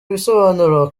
bisobanuro